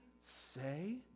say